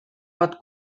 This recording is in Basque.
bat